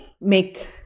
make